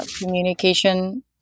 communication